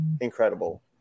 incredible